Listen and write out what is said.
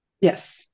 Yes